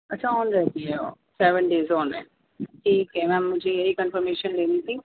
اچھا آن رہتی ہے او سیون ڈیز آن ہے ٹھیک ہے میم مجھے یہی کنفرمیشن لینی تھی